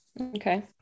Okay